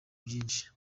byinshi